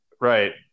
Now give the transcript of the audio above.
Right